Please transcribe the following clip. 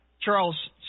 Charles